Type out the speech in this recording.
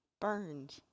burned